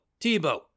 Tebow